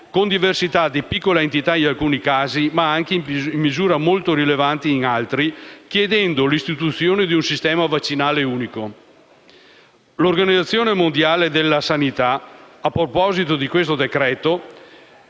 con diversità di piccola entità in alcuni casi, ma anche in misura molto rilevante in altri, chiedendo l'istituzione di un sistema vaccinale unico. L'Organizzazione mondiale sella sanità (OMS), a proposito di questo decreto,